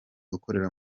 ukorera